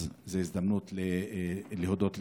אז זאת הזדמנות להודות לך.